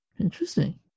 Interesting